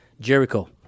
Jericho